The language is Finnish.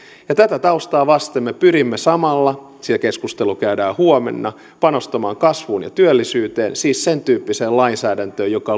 tätä taustaa vasten me pyrimme samalla se keskustelu käydään huomenna panostamaan kasvuun ja työllisyyteen siis sen tyyppiseen lainsäädäntöön joka